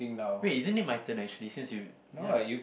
wait isn't it my turn actually since you ya